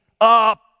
up